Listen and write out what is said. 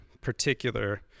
particular